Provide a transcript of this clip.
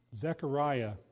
Zechariah